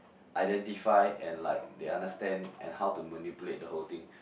identify and like they understand and how to manipulate the whole thing